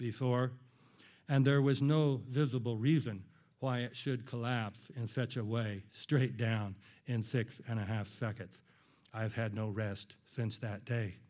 before and there was no visible reason why it should collapse in such a way straight down in six and a half seconds i have had no rest since that day